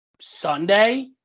Sunday